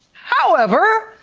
however,